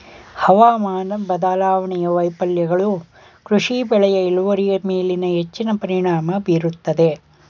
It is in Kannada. ಹವಾಮಾನ ಬದಲಾವಣೆಯ ವೈಫಲ್ಯಗಳು ಕೃಷಿ ಬೆಳೆಯ ಇಳುವರಿಯ ಮೇಲೆ ಹೆಚ್ಚಿನ ಪರಿಣಾಮ ಬೀರುತ್ತದೆ